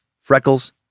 freckles